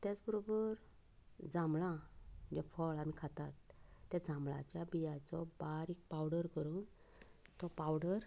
त्याच बरोबर जांबळां जें फळ आमी खातात तें जांबळाच्या बिंयांचो बारीक पावडर करून तो पावडर